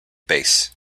bass